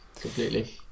completely